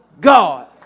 god